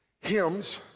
hymns